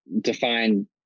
defined